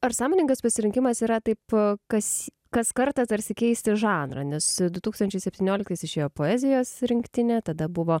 ar sąmoningas pasirinkimas yra taip kas kas kartą tarsi keisti žanrą nes du tūkstančiai septynioliktais išėjo poezijos rinktinė tada buvo